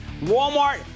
Walmart